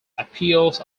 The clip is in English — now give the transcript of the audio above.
appeals